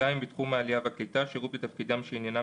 בתחום העלייה והקליטה שירות בתפקידים שעניינם